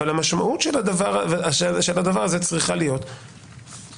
אבל המשמעות של הדבר הזה צריכה להיות בעולם